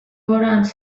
gorantz